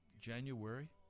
January